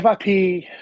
FIP